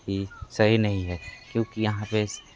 ही सही नहीं है क्योंकि यहाँ पर